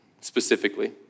specifically